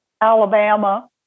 Alabama